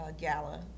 gala